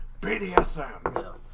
BDSM